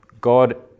God